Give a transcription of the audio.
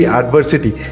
adversity